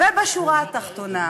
ובשורה התחתונה,